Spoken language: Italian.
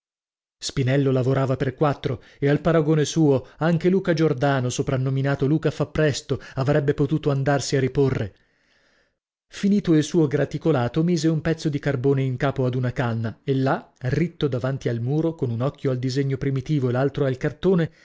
spinello lavorava per quattro e al paragone suo anche luca giordano soprannominato luca fa presto avrebbe potuto andarsi a riporre finito il suo graticolato mise un pezzo di carbone in capo ad una canna e là ritto davanti al muro con un occhio al disegno primitivo e l'altro al cartone